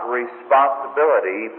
responsibility